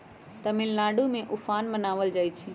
तमिलनाडु में उफान मनावल जाहई